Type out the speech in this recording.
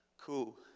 cool